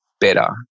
better